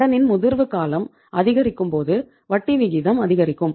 கடனின் முதிர்வு காலம் அதிகரிக்கும்போது வட்டி விகிதம் அதிகரிக்கும்